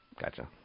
Gotcha